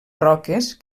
roques